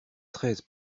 treize